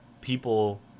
people